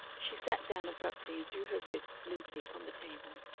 she sat down abruptly and threw her wrists limply upon the table.